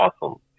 awesome